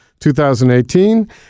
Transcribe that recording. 2018